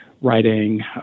writing